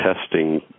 testing